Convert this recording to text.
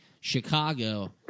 Chicago